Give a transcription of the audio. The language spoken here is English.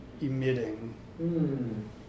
emitting